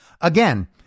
Again